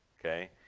Okay